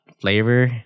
flavor